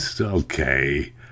okay